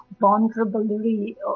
vulnerability